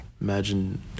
Imagine